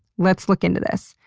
let's look into this.